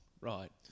right